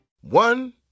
One